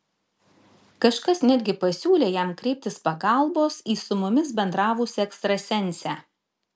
kažkas netgi pasiūlė jam kreiptis pagalbos į su mumis bendravusią ekstrasensę